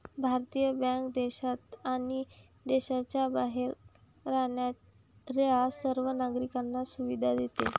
भारतीय बँक देशात आणि देशाच्या बाहेर राहणाऱ्या सर्व नागरिकांना सुविधा देते